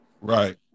Right